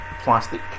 plastic